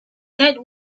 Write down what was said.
that